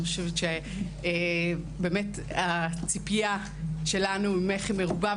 אני חושבת שהציפייה שלנו ממך היא מרובה,